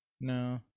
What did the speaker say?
No